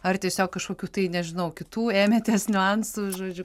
ar tiesiog kažkokių tai nežinau kitų ėmėtės niuansų